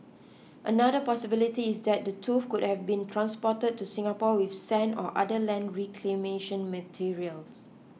another possibility is that the tooth could have been transported to Singapore with sand or other land reclamation materials